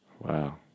Wow